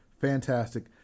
fantastic